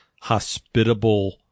hospitable